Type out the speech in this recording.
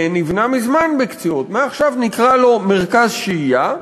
נבנה מזמן בקציעות, מעכשיו נקרא לו "מרכז שהייה",